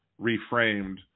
reframed